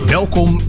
Welkom